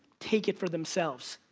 take it for themselves.